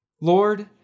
Lord